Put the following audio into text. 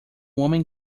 homem